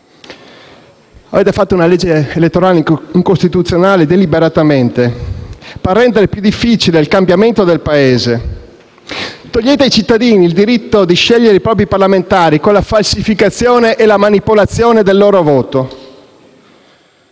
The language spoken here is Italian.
Avete fatto una legge elettorale incostituzionale, deliberatamente, per rendere più difficile il cambiamento del Paese. Togliete ai cittadini il diritto di scegliere i propri parlamentari, con la falsificazione e la manipolazione del loro voto.